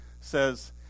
says